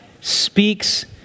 speaks